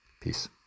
Peace